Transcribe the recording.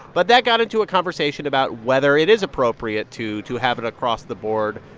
but that got into a conversation about whether it is appropriate to to have it across the board.